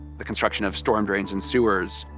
the construction of storm drains and sewers,